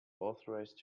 authorized